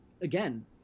again